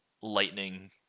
lightning